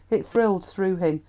it thrilled through him,